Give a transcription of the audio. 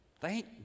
Thank